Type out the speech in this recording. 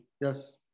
Yes